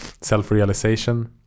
self-realization